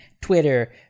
twitter